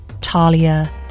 Talia